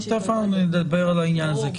תכף אנחנו נדבר על העניין הזה.